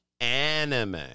anime